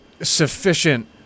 sufficient